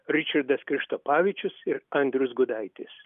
ričardas krištapavičius ir andrius gudaitis